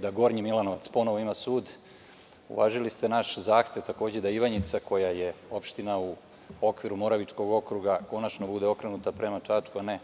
da Gornji Milanovac ponovo ima sud, uvažili ste naš zahtev da Ivanjica, koja je opština u okviru Moravičkog okruga, konačno bude okrenuta prema Čačku, a ne